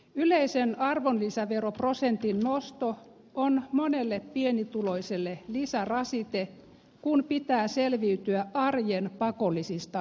yleisen arvonlisäveroprosentin nosto on monelle pienituloiselle lisärasite kun pitää selviytyä arjen pakollisista menoista